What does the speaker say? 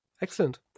Excellent